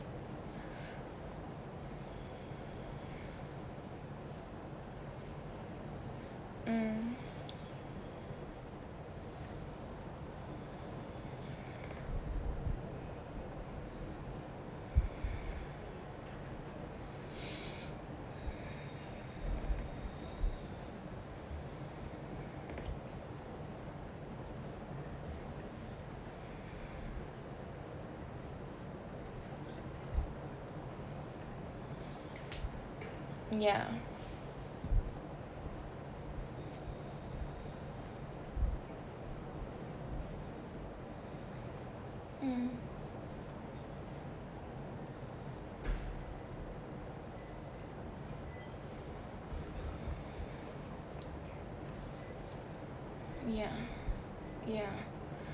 mm ya mm ya ya